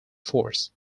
force